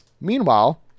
Meanwhile